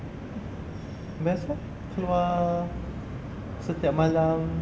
best eh keluar setiap malam